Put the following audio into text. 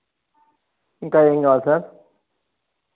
ఇంకా ఏం కావాలి సార్